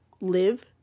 live